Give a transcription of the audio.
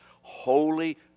Holy